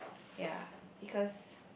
ya because